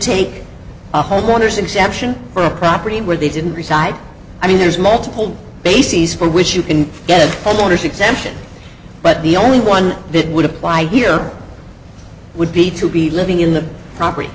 take homeowners exemption for a property where they didn't resign i mean there's multiple bases for which you can get orders exemption but the only one that would apply here would be to be living in the property